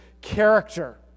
character